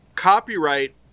copyright